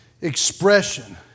expression